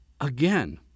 Again